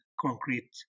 concrete